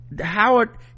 Howard –